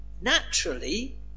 naturally